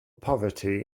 poverty